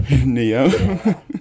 Neo